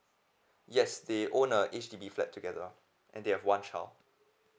yes they own a H_D_B flat together and they have one child